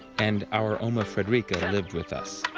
and our oma frederica lived with us.